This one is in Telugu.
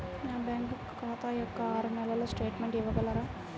నా బ్యాంకు ఖాతా యొక్క ఆరు నెలల స్టేట్మెంట్ ఇవ్వగలరా?